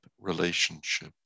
relationship